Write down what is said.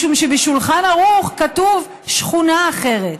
משום שבשולחן ערוך כתוב שכונה אחרת.